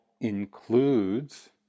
includes